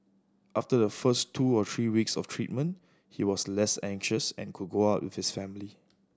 after the first two or three weeks of treatment he was less anxious and could go out with his family